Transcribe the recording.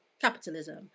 capitalism